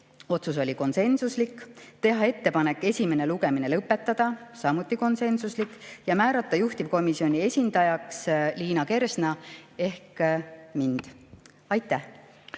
otsus oli konsensuslik, teha ettepanek esimene lugemine lõpetada, see oli samuti konsensuslik otsus, ja määrata juhtivkomisjoni esindajaks Liina Kersna ehk mina. Aitäh!